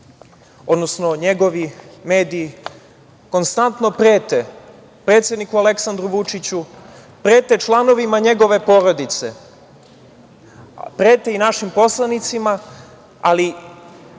odnosno njegovi mediji, konstantno prete predsedniku Aleksandru Vučiću, prete članovima njegove porodice, prete i našim poslanicima, ali